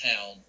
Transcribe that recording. town